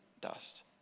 dust